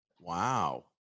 Wow